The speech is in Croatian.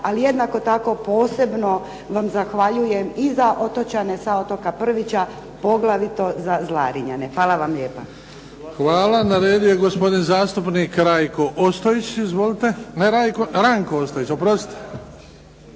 ali jednako tako posebno vam zahvaljujem i za otočane sa otoka Prvića, poglavito za Zlarinjane. Hvala vam lijepa. **Bebić, Luka (HDZ)** Hvala. Na redu je gospodin zastupnik Ranko Ostojić. Izvolite. **Ostojić, Ranko (SDP)** Poštovani